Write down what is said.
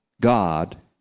God